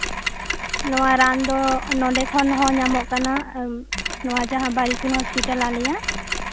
ᱱᱚᱣᱟ ᱨᱟᱱ ᱫᱚ ᱱᱚᱰᱮ ᱠᱷᱚᱱᱦᱚᱸ ᱧᱟᱢᱚᱜ ᱠᱟᱱᱟ ᱱᱚᱣᱟ ᱡᱟᱸᱦᱟ ᱵᱟᱨᱤᱠᱩᱞ ᱦᱚᱥᱯᱤᱴᱟᱞ ᱟᱞᱮᱭᱟᱜ